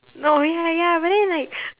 no ya ya but then like